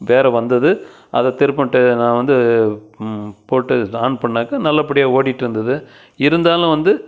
வேறு வந்தது அதை திருப்பன்ட்டு நான் வந்து போட்டு ஆன் பண்ணாக்க நல்லபடியாக ஓடிட்டுருந்துது இருந்தாலும் வந்து